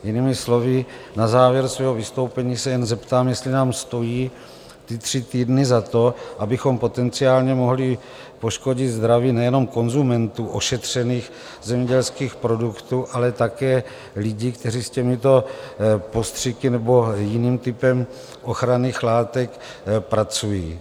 Jinými slovy, na závěr svého vystoupení se jenom zeptám, jestli nám stojí ty tři týdny za to, abychom potenciálně mohli poškodit zdraví nejenom konzumentům ošetřených zemědělských produktů, ale také lidí, kteří s těmito postřiky nebo jiným typem ochranných látek pracují.